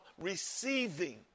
receiving